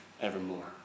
evermore